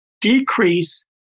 decrease